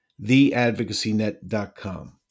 theadvocacynet.com